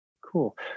Cool